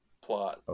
plot